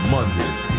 Mondays